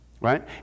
right